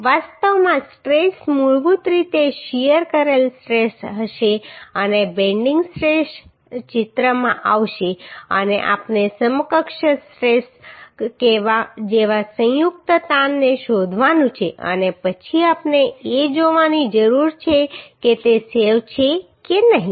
વાસ્તવમાં સ્ટ્રેસ મૂળભૂત રીતે શીયર કરેલ સ્ટ્રેસ હશે અને બેન્ડિંગ સ્ટ્રેસ ચિત્રમાં આવશે અને આપણે સમકક્ષ સ્ટ્રેસ જેવા સંયુક્ત તાણને શોધવાનું છે અને પછી આપણે એ જોવાની જરૂર છે કે તે સેવ છે કે નહીં